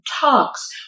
talks